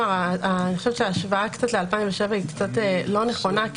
ההשוואה ל-2007 היא קצת לא נכונה,